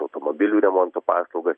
automobilių remonto paslaugas